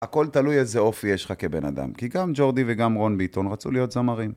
הכל תלוי איזה אופי יש לך כבן אדם, כי גם ג'ורדי וגם רון ביטון רצו להיות זמרים.